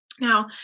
Now